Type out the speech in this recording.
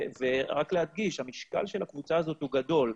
רק להדגיש, המשקל של הקבוצה הזו הוא גדול.